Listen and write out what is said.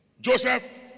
Joseph